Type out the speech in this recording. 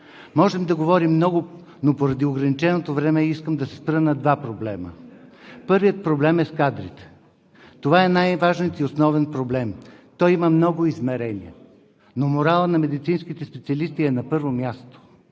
Можем да говорим много, но поради ограниченото време искам да се спра на два проблема. Първият проблем е с кадрите. Това е най-важният и основен проблем. Той има много измерения, но моралът на медицинските специалисти е на първо място.